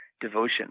devotion